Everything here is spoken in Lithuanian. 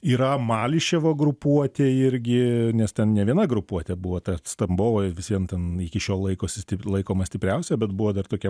yra mališevo grupuotė irgi nes ten ne viena grupuotė buvo ta tambovo vis vien ten iki šiol laikosi laikoma stipriausia bet buvo dar tokia